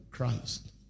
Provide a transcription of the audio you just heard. Christ